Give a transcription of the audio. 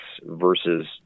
versus